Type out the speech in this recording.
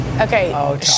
Okay